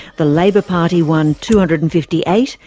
the labour party won two hundred and fifty eight,